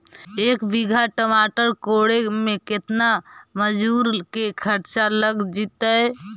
एक बिघा टमाटर कोड़े मे केतना मजुर के खर्चा लग जितै?